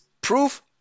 proof